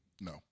No